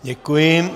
Děkuji.